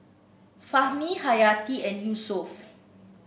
Fahmi Hayati and Yusuf